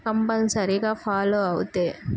కంపల్సరిగా ఫాలో అవుతే